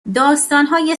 داستانهای